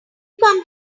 come